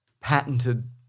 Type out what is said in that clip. patented